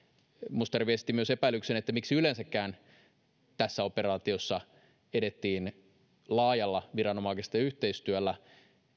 mustajärvi esitti myös epäilyksen että miksi yleensäkään tässä operaatiossa edettiin laajalla viranomaisten yhteistyöllä